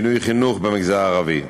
בינוי חינוך במגזר הערבי.